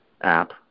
app